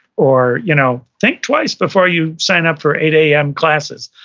or, you know think twice before you sign up for eight am classes.